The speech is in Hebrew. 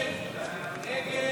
32